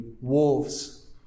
wolves